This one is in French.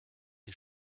des